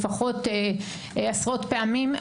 לפחות עשרות פעמים.